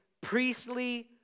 priestly